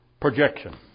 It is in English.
projection